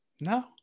No